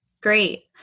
Great